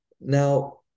Now